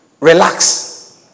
relax